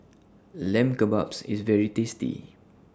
Lamb Kebabs IS very tasty